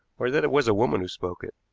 or that it was a woman who spoke it.